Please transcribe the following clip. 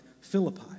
Philippi